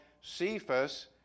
Cephas